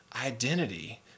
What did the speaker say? identity